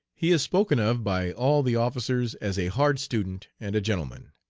he is spoken of by all the officers as a hard student and a gentleman.